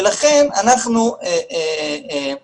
ולכן אנחנו מקדמים,